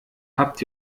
habt